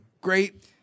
Great